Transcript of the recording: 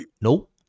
nope